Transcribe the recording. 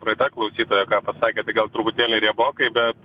praeita klausytoja ką pasakė tai gal truputėlį riebokai bet